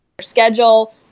schedule